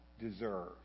deserve